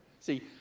See